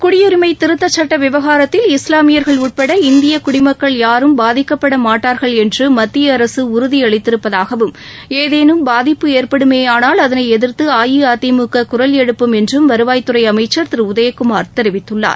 குடியுரிமை திருத்தச் சட்ட விவகாரத்தில் இஸ்லாமியர்கள் உட்பட இந்திய குடிமக்கள் யாரும் பாதிக்கப்பட்ட மாட்டார்கள் என்று மத்திய அரசு உறுதி அளித்திருப்பதாகவும் ஏதேனும் பாதிப்பு ஏற்படுமேயாளால் அதனை எதிர்த்து அஇஅதிமுக குரல் எழுப்பும் என்றும் வருவாய் துறை அமைச்சர் திரு உதயகுமார் தெரிவித்துள்ளார்